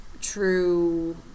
true